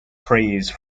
praise